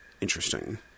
interesting